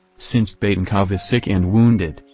since batenkov is sick and wounded,